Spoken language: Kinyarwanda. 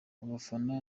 abafana